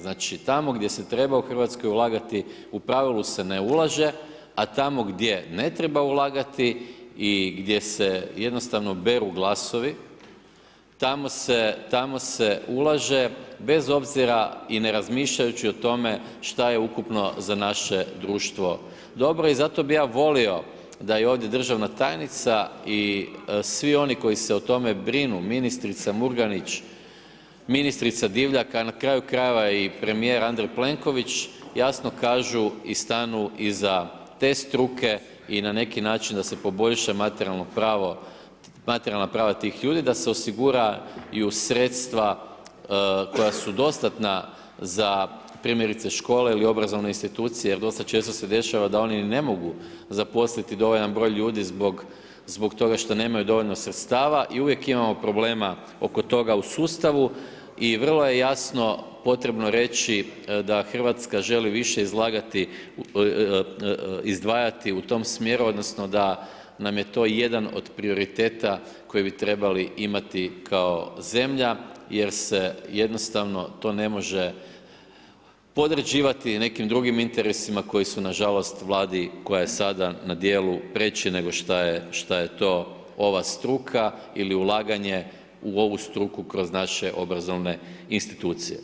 Znači, tamo gdje se treba u RH ulagati u pravilu se ne ulaže, a tamo gdje ne treba ulagati i gdje se jednostavno beru glasovi, tamo se ulaže bez obzira i ne razmišljajući o tome šta je ukupno za naše društvo dobro i zato bi ja volio da je ovdje državna tajnica i svi oni koji se o tome brinu, ministrica Murganić, ministrica Divjak, a na kraju krajeva i premijer Andrej Plenković jasno kažu i stanu iza te struke i na neki način da se poboljšaju materijalna prava tih ljudi, da se osiguraju sredstva koja su dostatna za primjerice škole ili obrazovne institucije jer dosta često se dešava da oni ne mogu zaposliti dovoljan broj ljudi zbog toga što nemaju dovoljno sredstava i uvijek imamo problema oko toga u sustavu i vrlo je jasno potrebno reći da RH želi više izdvajati u tom smjeru odnosno da nam je to jedan od prioriteta koji bi trebali imati kao zemlja jer se jednostavno to ne može podređivati nekim drugim interesima koji su, nažalost, Vladi koja je sada na djelu, preči nego što je to ova struka ili ulaganje u ovu struku kroz naše obrazovne institucije.